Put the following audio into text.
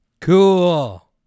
Cool